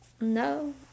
No